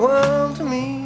well to me